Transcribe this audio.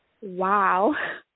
Wow